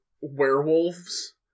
werewolves